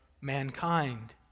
mankind